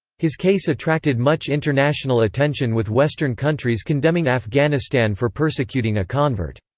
his case attracted much international attention with western countries condemning afghanistan for persecuting a convert.